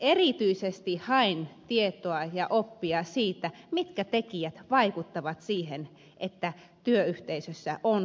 erityisesti hain tietoa ja oppia siitä mitkä tekijät vaikuttavat siihen että työyhteisössä on hyvä olla